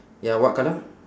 ya what colour